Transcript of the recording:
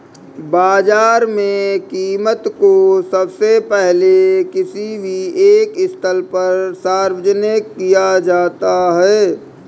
बाजार में कीमत को सबसे पहले किसी भी एक स्थल पर सार्वजनिक किया जाता है